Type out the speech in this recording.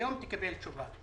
"היום תקבל תשובה".